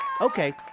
okay